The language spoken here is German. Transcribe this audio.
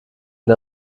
der